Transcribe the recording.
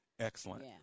Excellent